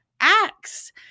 acts